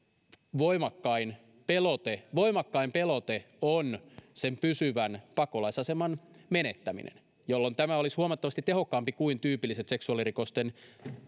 voimakkain pelote voimakkain pelote on sen pysyvän pakolaisaseman menettäminen jolloin tämä olisi huomattavasti tehokkaampi kuin tyypilliset seksuaalirikosten